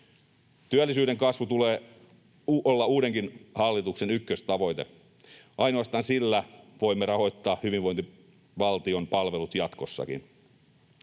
Työllisyyden kasvun tulee olla uudenkin hallituksen ykköstavoite. Ainoastaan sillä voimme rahoittaa hyvinvointivaltion palvelut jatkossakin.